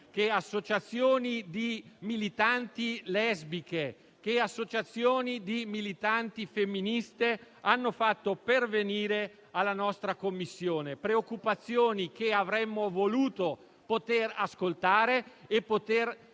associazioni di militanti lesbiche e associazioni di militanti femministe hanno fatto pervenire alla nostra Commissione; preoccupazioni che avremmo voluto poter ascoltare e poter